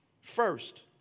first